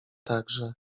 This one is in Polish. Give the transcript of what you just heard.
także